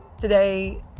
today